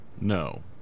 No